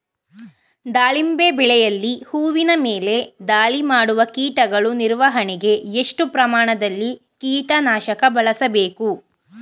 ದಾಳಿಂಬೆ ಬೆಳೆಯಲ್ಲಿ ಹೂವಿನ ಮೇಲೆ ದಾಳಿ ಮಾಡುವ ಕೀಟಗಳ ನಿರ್ವಹಣೆಗೆ, ಎಷ್ಟು ಪ್ರಮಾಣದಲ್ಲಿ ಕೀಟ ನಾಶಕ ಬಳಸಬೇಕು?